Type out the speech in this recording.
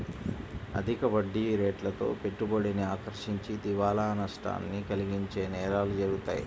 అధిక వడ్డీరేట్లతో పెట్టుబడిని ఆకర్షించి దివాలా నష్టాన్ని కలిగించే నేరాలు జరుగుతాయి